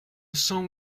son